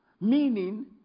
Meaning